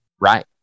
right